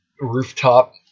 rooftop